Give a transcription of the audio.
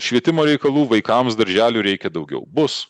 švietimo reikalų vaikams darželių reikia daugiau bus